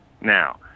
now